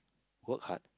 work hard